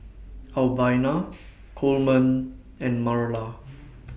Albina Coleman and Marla